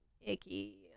icky